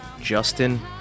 Justin